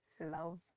love